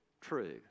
true